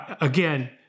Again